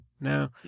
No